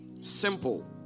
Simple